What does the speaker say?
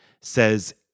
says